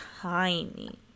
tiny